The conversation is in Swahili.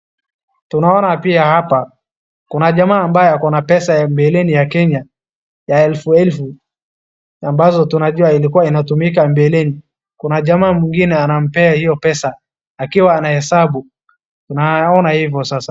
Tunaona pia hapa kuna jamaa ambaye ako na pesa ya mbeleni ya Kenya ya elfu elfu, ambazo tunajua ilikua inatumika mbeleni. Kuna jamaa mwingine anampea hiyo pesa akiwa anahesabu, naona ivo sasa.